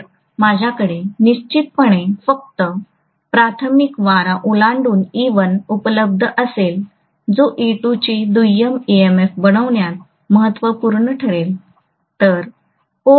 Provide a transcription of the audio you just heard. तर माझ्याकडे निश्चितपणे फक्त प्राथमिक वारा ओलांडून e1 उपलब्ध असेल जो e2 ची दुय्यम ईएमएफ बनविण्यात महत्त्वपूर्ण ठरेल